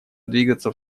двигаться